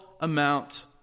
amount